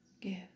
Give